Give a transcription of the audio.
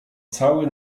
cały